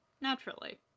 naturally